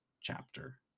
chapter